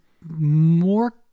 more